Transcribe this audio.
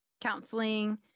counseling